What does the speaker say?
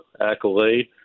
accolade